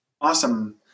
Awesome